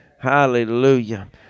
Hallelujah